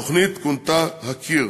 התוכנית כונתה "הקיר",